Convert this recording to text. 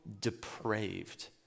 depraved